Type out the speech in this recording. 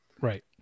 right